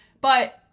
But-